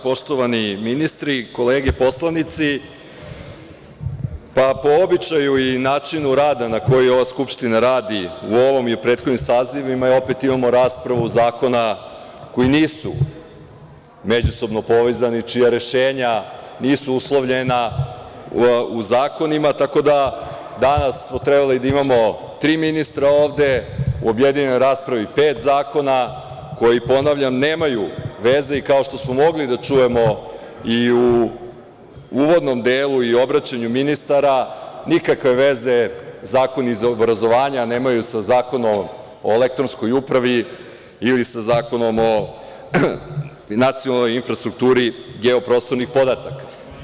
Poštovani ministri, kolege poslanici, po običaju i načinu rada na koji ova Skupština radi u ovom i u prethodnim sazivima, opet imamo raspravu zakona koji nisu međusobno povezani, čija rešenja nisu uslovljena u zakonima, tako da smo danas trebali da imamo tri ministra ovde, u objedinjenoj raspravi pet zakona, koji ponavljam, nemaju veze i kao što smo mogli da čujemo i u uvodnom delu i obraćanju ministara, nikakve veze Zakon iz obrazovanja nemaju sa Zakonom o elektronskoj upravi ili sa Zakonom o nacionalnoj infrastrukturi geoprostornih podataka.